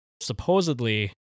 supposedly